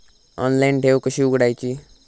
Online ठेव कशी उघडायची?